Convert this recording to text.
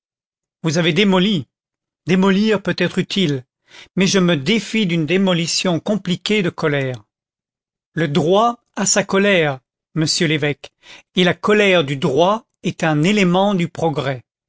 vous avez démoli démolir peut être utile mais je me défie d'une démolition compliquée de colère le droit a sa colère monsieur l'évêque et la colère du droit est un élément du progrès